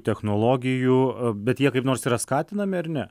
technologijų bet jie kaip nors yra skatinami ar ne